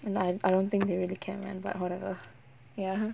and I I don't think they really care man but whatever ya